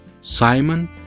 Simon